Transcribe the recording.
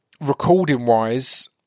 recording-wise